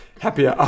happier